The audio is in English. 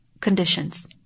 conditions